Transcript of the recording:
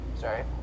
Sorry